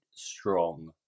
Strong